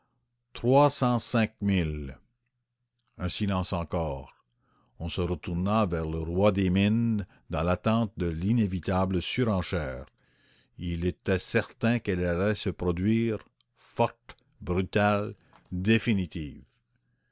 mille un silence encore on se retourna vers le roi des mines dans l'attente de l'inévitable surenchère il était certain qu'elle allait se produire forte brutale définitive